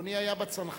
אדוני היה בצנחנים,